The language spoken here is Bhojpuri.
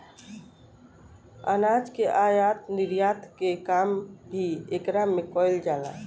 अनाज के आयत निर्यात के काम भी एकरा में कईल जाला